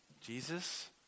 Jesus